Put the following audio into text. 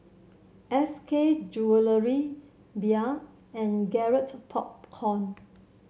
S K Jewellery Bia and Garrett Popcorn